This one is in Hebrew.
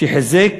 שחיזק